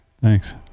Thanks